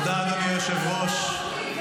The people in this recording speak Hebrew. אני ביקשתי להישאר בוועדה לקידום מעמד האישה.